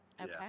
Okay